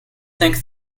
think